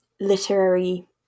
literary